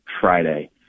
Friday